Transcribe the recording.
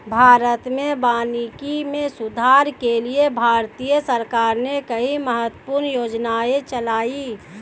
भारत में वानिकी में सुधार के लिए भारतीय सरकार ने कई महत्वपूर्ण योजनाएं चलाई